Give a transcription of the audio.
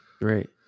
Right